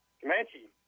Comanche